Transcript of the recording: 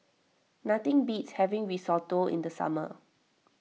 nothing beats having Risotto in the summer